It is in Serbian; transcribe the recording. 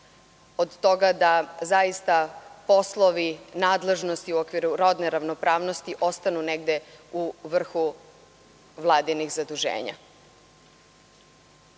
Od toga da zaista poslovi, nadležnosti u okviru rodne ravnopravnosti ostanu negde u vrhu Vladinih zaduženja.U